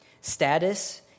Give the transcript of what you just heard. Status